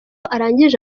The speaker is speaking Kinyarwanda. arangije